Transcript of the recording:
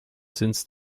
since